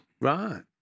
Right